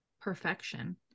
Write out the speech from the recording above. perfection